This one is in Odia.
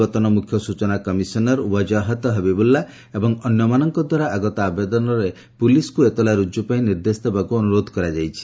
ପୂର୍ବତନ ମୁଖ୍ୟ ସୂଚନା କମିଶନର ୱାଜାହଟ୍ ହବିବୁଲ୍ଲା ଏବଂ ଅନ୍ୟମାନଙ୍କ ଦ୍ୱାରା ଆଗତ ଆବେଦନରେ ପୁଲିସକୁ ଏତଲା ରୁଜୁ ପାଇଁ ନିର୍ଦ୍ଦେଶ ଦେବାକୁ ଅନୁରୋଧ କରାଯାଇଛି